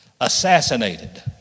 assassinated